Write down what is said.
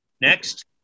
Next